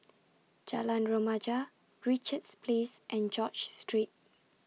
Jalan Remaja Richards Place and George Street